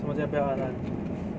什么叫不要暗暗的